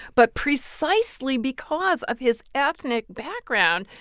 but precisely because of his ethnic background,